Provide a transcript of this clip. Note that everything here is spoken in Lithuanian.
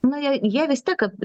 na jei jie vis tiek kad